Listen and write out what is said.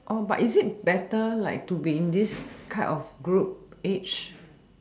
oh but is it better like to be in this cut of group age